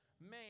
man